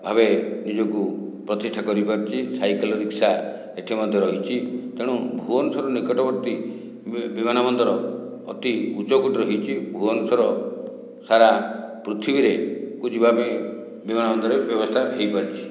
ଭାବେ ନିଜକୁ ପ୍ରତିଷ୍ଠା କରିପାରିଛି ସାଇକେଲ ରିକ୍ସା ଏଠି ମଧ୍ୟ ରହିଛି ତେଣୁ ଭୁବନେଶ୍ଵର ନିକଟବର୍ତ୍ତୀ ବିମାନବନ୍ଦର ଅତି ଉଚ୍ଚକୋଟୀର ହୋଇଛି ଭୁବନେଶ୍ଵର ସାରା ପୃଥିବୀରେ କୁ ଯିବା ପାଇଁ ବିମାନବନ୍ଦର ବ୍ୟବସ୍ଥା ହୋଇପାରିଛି